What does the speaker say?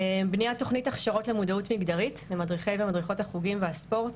בניית תוכנית הכשרות למודעות מגדרית למדריכי ומדריכות החוגים והספורט.